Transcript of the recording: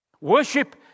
Worship